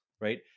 right